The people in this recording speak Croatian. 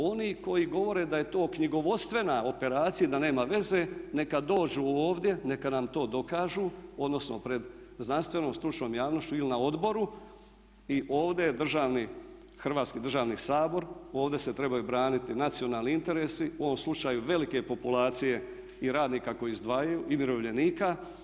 Oni koji govore da je to knjigovodstvena operacija i da nema veze neka dođu ovdje, neka nam to dokažu, odnosno pred znanstvenom stručnom javnošću ili na odboru i ovdje Hrvatski državni sabor, ovdje se trebaju braniti nacionalni interesi u ovom slučaju velike populacije i radnika koji izdvajaju i umirovljenika.